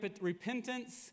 repentance